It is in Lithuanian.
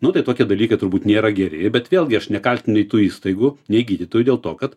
nu tai tokie dalykai turbūt nėra geri bet vėlgi aš nekaltinu nei tų įstaigų nei gydytojų dėl to kad